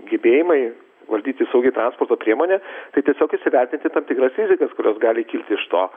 gebėjimai valdyti saugiai transporto priemonę tai tiesiog įsivertinti tam tikras rizikas kurios gali kilti iš to